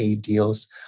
deals